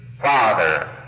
Father